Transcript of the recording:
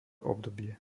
obdobie